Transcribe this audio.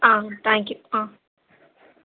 ஆ thank you ஆ